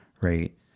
right